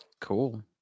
Cool